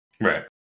right